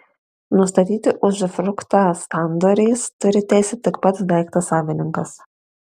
nustatyti uzufruktą sandoriais turi teisę tik pats daikto savininkas